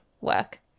work